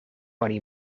oni